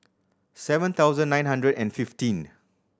seven thousand nine hundred and fifteen